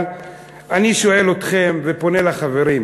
אבל אני שואל אתכם, ופונה לחברים: